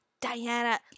Diana